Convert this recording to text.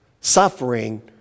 Suffering